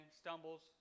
stumbles